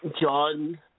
John